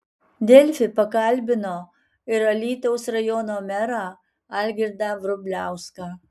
delfi pakalbino ir alytaus rajono merą algirdą vrubliauską